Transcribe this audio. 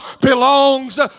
belongs